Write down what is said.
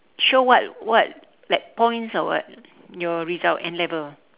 show what what like points or what your result N-level